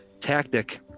tactic